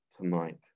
Tonight